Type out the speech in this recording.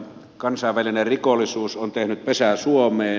kansainvälinen rikollisuus on tehnyt pesää suomeen